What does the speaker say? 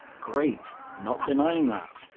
great. not denying that.